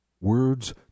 words